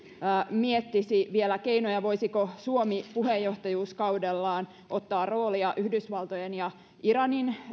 miettisi konkreettisesti keinoja voisiko suomi puheenjohtajuuskaudellaan ottaa roolia yhdysvaltojen ja iranin